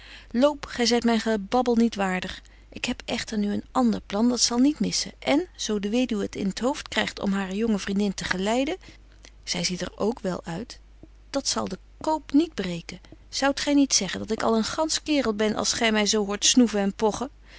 gy zyt myn gebabbel niet waardig ik heb echter nu een ander plan dat zal niet missen en zo de weduw het in t hooft krygt om hare jonge vriendin te geleiden zy ziet er k wel uit dat zal den koop niet breken zoudt gy niet zeggen dat ik al een gansch kerel ben als gy my zo hoort snoeven en pochen